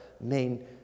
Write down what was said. main